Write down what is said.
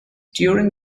during